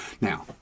Now